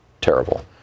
terrible